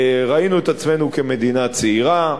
ראינו את עצמנו כמדינה צעירה,